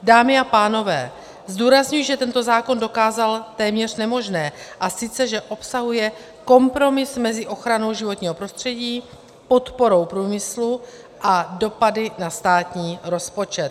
Dámy a pánové, zdůrazňuji, že tento zákon dokázal téměř nemožné, a sice že obsahuje kompromis mezi ochranou životního prostředí, podporou průmyslu a dopady na státní rozpočet.